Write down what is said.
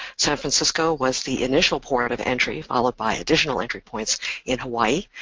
san francisco was the initial point of entry followed by additional entry points in hawaii,